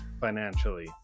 financially